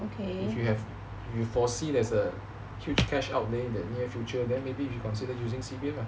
if you have if you foresee there's a huge cash outlay in the near future then maybe you consider using C_P_F lah